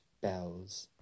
bells